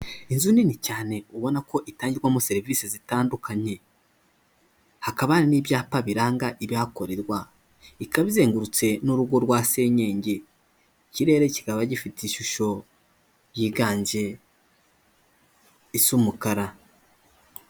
Inzu nini cyane ubona ko itangirwamo serivisi zitandukanye, hakaba hari n'ibyapa biranga ibihakorerwa, ikaba izengurutse n'urugo rwa senyenge, ikirere kikaba gifite ishusho yiganje, isa umukara.